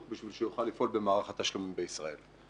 כדי שיוכל לפעול במערך התשלומים בישראל.